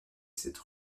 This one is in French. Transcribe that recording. cette